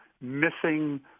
missing